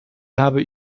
habe